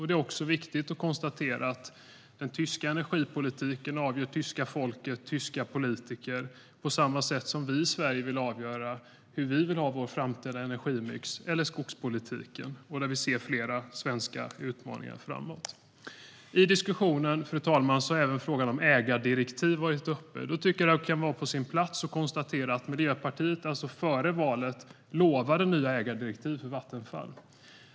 Det är viktigt att konstatera att det är det tyska folket och tyska politiker som avgör den tyska energipolitiken, på samma sätt som vi i Sverige vill avgöra hur vi ska ha vår framtida energimix eller skogspolitik, där vi ser flera svenska utmaningar framöver. I diskussionen, fru talman, har även frågan om ägardirektiv varit uppe. Jag tycker att det kan vara på sin plats att konstatera att Miljöpartiet före valet lovade nya ägardirektiv för Vattenfall.